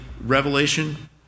Revelation